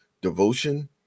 devotion